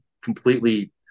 completely